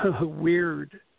weird